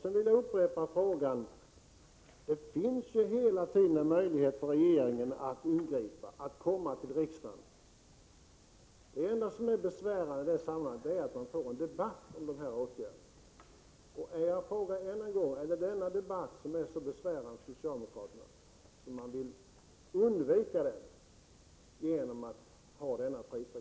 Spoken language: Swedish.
Jag vill upprepa att det hela tiden finns möjlighet för regeringen att återkomma till riksdagen. Det enda som är besvärande i detta sammanhang är att man då får en debatt om dessa åtgärder. Jag frågar än en gång: Är det denna debatt som är så besvärande för socialdemokraterna att man vill undvika den genom att ha kvar prisregleringslagen?